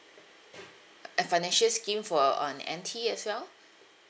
a financial scheme for uh on N_T as well